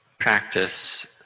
practice